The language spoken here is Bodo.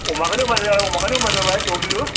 अमाखौनो होबानो जाबाय अमाखौनो होबानो जाबाय द किल'